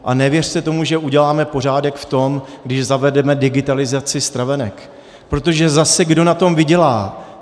A nevěřte tomu, že uděláme pořádek v tom, když zavedeme digitalizaci stravenek, protože zase, kdo na tom vydělá?